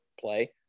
play